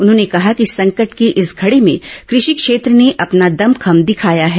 उन्होंने कहा कि संकट की इस घड़ी में कृषि क्षेत्र ने अपना दम खम दिखाया है